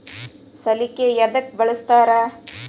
ಸಲಿಕೆ ಯದಕ್ ಬಳಸ್ತಾರ?